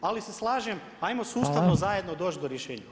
Ali se slažem, ajmo sustavno, zajedno doći do rješenja.